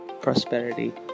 prosperity